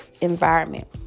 environment